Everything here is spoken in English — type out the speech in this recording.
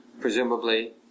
presumably